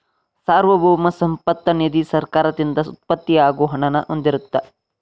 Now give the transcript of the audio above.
ಸಾರ್ವಭೌಮ ಸಂಪತ್ತ ನಿಧಿ ಸರ್ಕಾರದಿಂದ ಉತ್ಪತ್ತಿ ಆಗೋ ಹಣನ ಹೊಂದಿರತ್ತ